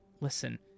listen